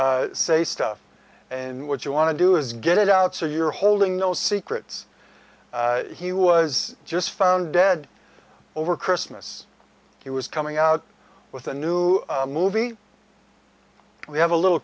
experts say stuff and what you want to do is get it out so you're holding no secrets he was just found dead over christmas he was coming out with a new movie we have a little